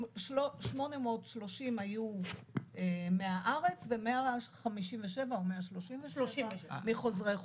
830 היו מהארץ ו-137 מחוזרי חו"ל.